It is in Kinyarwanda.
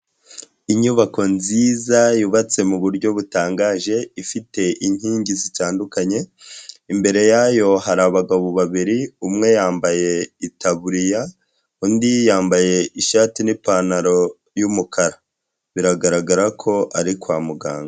Inyubako nziza yubatse mu buryo butangaje ifite inkingi zitandukanye, imbere yayo hari abagabo babiri, umwe yambaye itaburiya, undi yambaye ishati n'ipantaro y'umukara biragaragara ko ari kwa muganga.